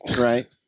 Right